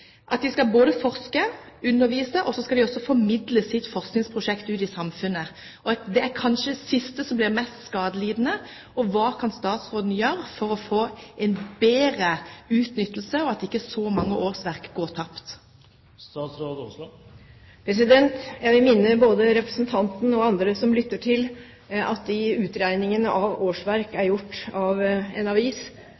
at de både skal forske, undervise og også formidle sitt forskningsprosjekt ut i samfunnet. Det er kanskje det siste som blir mest skadelidende. Hva kan statsråden gjøre for å få en bedre utnyttelse, slik at ikke så mange årsverk går tapt? Jeg vil minne både representanten og andre som lytter, om at utregningene av årsverk er